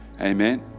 Amen